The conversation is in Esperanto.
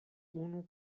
unu